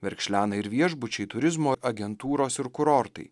verkšlena ir viešbučiai turizmo agentūros ir kurortai